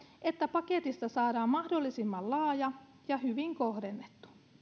että paketista saadaan mahdollisimman laaja ja hyvin kohdennettu